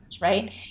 right